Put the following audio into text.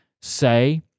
say